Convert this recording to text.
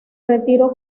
retiró